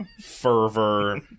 fervor